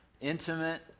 intimate